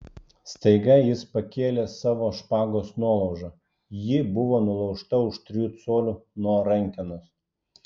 staiga jis pakėlė savo špagos nuolaužą ji buvo nulaužta už trijų colių nuo rankenos